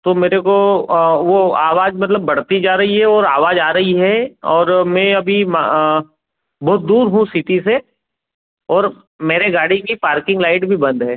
तो मेरे को वह आवाज़ मतलब बढ़ती जा रही है और आवाज़ आ रही है और मैं अभी बहुत दूर हूँ सिटी से ओर मेरे गाड़ी की पार्किंग लाइट भी बन्द है